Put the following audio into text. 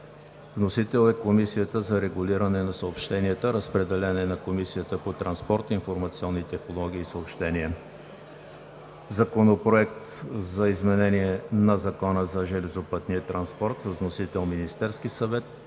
Внесен е от Комисията за регулиране на съобщенията. Разпределен е на Комисията по транспорт, информационни технологии и съобщения. Законопроект за изменение на Закона за железопътния транспорт. Внесен е от Министерския съвет.